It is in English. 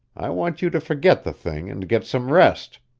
i want you to forget the thing and get some rest.